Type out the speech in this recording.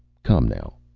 come now.